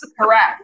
Correct